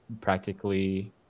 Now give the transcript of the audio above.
practically